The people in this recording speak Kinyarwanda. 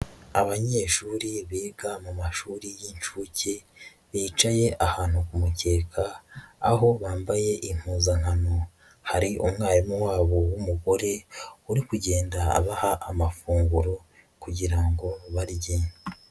Abanyeshuri biga mu mashuri y'inshuke bicaye ahantu ku mukeka aho bambaye impuzankano, hari umwarimu wabo w'umugore uri kugenda abaha amafunguro kugira ngo barye.